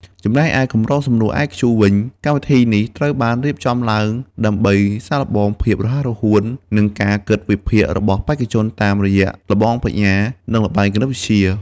ចំណែកឯកម្រងសំណួរ IQ វិញ កម្មវិធីនេះត្រូវបានរៀបចំឡើងដើម្បីសាកល្បងភាពរហ័សរហួន និងការគិតវិភាគរបស់បេក្ខជនតាមរយៈល្បងប្រាជ្ញា និងល្បែងគណិតវិទ្យា។